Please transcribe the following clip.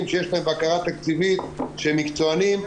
שיש להם בקרה תקציבית של מקצוענים,